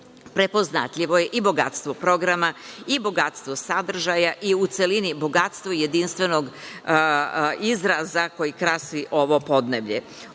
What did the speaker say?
prepoznatljivo je bogatstvo programa, bogatstvo sadržaja, i u celini bogatstvo jedinstvenog izraza koji krasi ovo podneblje. Ono